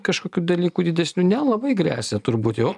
kažkokių dalykų didesnių nelabai gresia turbūt jau